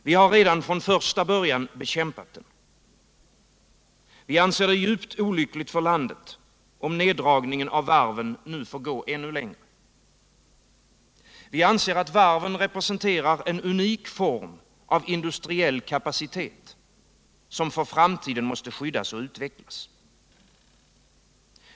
Vi har redan från första början bekämpat den. Vi anser det vara djupt olyckligt för landet om neddragningen av varven nu får gå ännu längre. Vi anser att varven representerar en unik form av industriell kapacitet, som för framtiden måste skyddas och utvecklas.